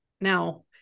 Now